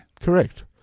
Correct